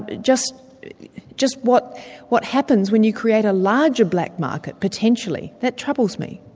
but just just what what happens when you create a larger black market, potentially. that troubles me.